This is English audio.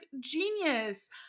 genius